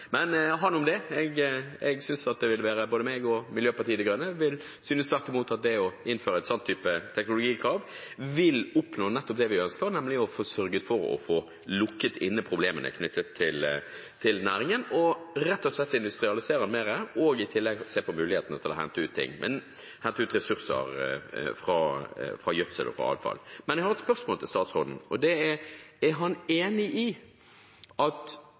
Men han om det. Både jeg og Miljøpartiet De Grønne synes tvert imot at ved å innføre en sånn type teknologikrav vil vi oppnå nettopp det vi ønsker, nemlig å få sørget for å få lukket inne problemene knyttet til næringen, rett og slett industrialisere mer og i tillegg se på mulighetene til å hente ut ressurser fra gjødsel og avfall. Men jeg har et spørsmål til statsråden, og det er: Er han enig i at